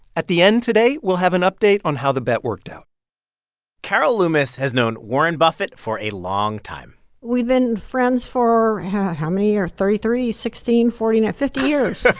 at the end today, we'll have an update on how the bet worked out carol loomis has known warren buffett for a long time we've been friends for how many years? thirty three sixteen forty nine fifty years.